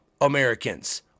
Americans